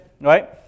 right